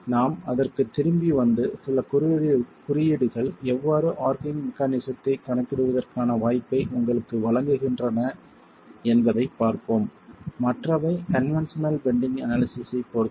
நாம் அதற்குத் திரும்பி வந்து சில குறியீடுகள் எவ்வாறு ஆர்கிங் மெக்கானிசத்தைக் கணக்கிடுவதற்கான வாய்ப்பை உங்களுக்கு வழங்குகின்றன என்பதைப் பார்ப்போம் மற்றவை கன்வென்ஷனல் பெண்டிங் அனாலிசிஸ் ஐப் பொறுத்தது